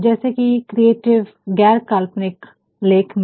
जैसे कि क्रिएटिव गैर काल्पनिक लेख में